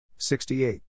68